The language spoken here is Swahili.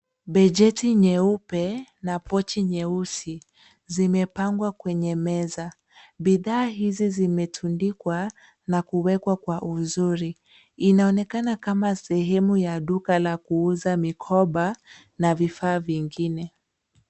Bajeti nyeupe, na pochi nyeusi, zimepangwa kwenye meza. Bidhaa hizi zimetundikwa, na kuwekwa kwa uzuri. Inaonekana kama sehemu ya duka la kuuza mikoba, na vifaa vingine.